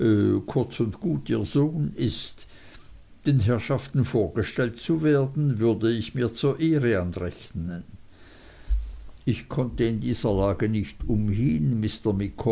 kurz und gut ihr sohn ist den herrschaften vorgestellt zu werden würde ich mir zur ehre anrechnen ich konnte in dieser lage nicht umhin